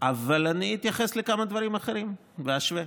אבל אני אתייחס לכמה דברים אחרים ואשווה.